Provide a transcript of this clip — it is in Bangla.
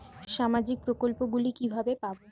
সামাজিক প্রকল্প গুলি কিভাবে পাব?